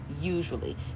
usually